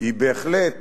היא בהחלט,